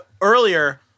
earlier